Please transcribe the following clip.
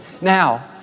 Now